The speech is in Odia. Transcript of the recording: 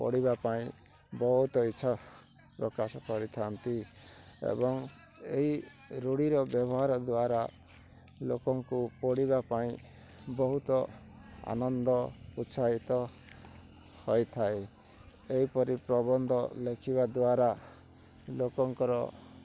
ପଢ଼ିବା ପାଇଁ ବହୁତ ଇଚ୍ଛା ପ୍ରକାଶ କରିଥାନ୍ତି ଏବଂ ଏହିଇ ରୂଢ଼ିର ବ୍ୟବହାର ଦ୍ୱାରା ଲୋକଙ୍କୁ ପଡ଼ିବା ପାଇଁ ବହୁତ ଆନନ୍ଦ ଉତ୍ସାହିତ ହୋଇଥାଏ ଏହିପରି ପ୍ରବନ୍ଧ ଲେଖିବା ଦ୍ୱାରା ଲୋକଙ୍କର